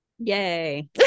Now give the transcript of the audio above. Yay